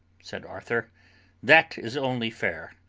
said arthur that is only fair.